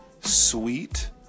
sweet